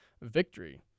victory